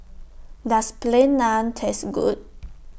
Does Plain Naan Taste Good